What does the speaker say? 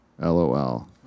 LOL